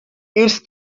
its